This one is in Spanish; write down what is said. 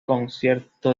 concierto